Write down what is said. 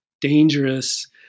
dangerous